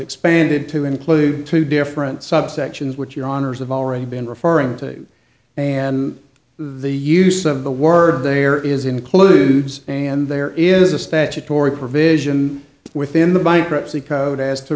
expanded to include two different subsections which your honour's have already been referring to and the use of the word there is includes and there is a statutory provision within the bankruptcy code as